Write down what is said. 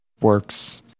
works